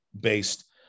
based